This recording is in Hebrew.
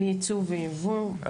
על ייצוא וייבוא, בסדר.